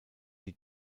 die